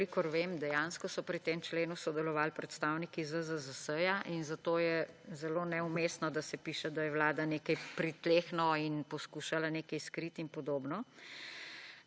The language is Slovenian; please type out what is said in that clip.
kolikor vem dejansko so pri tem členu sodelovali predstavniki ZZZS in zato je zelo neumestno, da se piše, da je Vlada nekaj pritlehno in poskušala nekaj skriti in podobno.